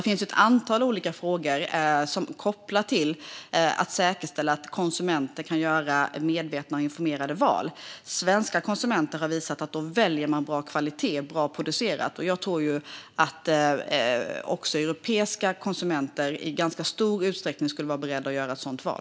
Det finns ett antal frågor som handlar om att säkerställa att konsumenter kan göra medvetna och informerade val. Svenska konsumenter har visat att de väljer bra kvalitet och sådant som är bra producerat. Jag tror att också europeiska konsumenter i ganska stor utsträckning skulle vara beredda att göra sådana val.